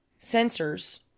sensors